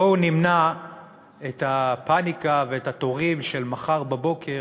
בואו נמנע את הפניקה ואת התורים של מחר בבוקר.